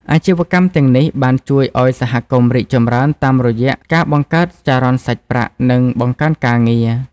អាជីវកម្មទាំងនេះបានជួយឱ្យសហគមន៍រីកចម្រើនតាមរយៈការ បង្កើតចរន្តសាច់ប្រាក់ និងបង្កើនការងារ។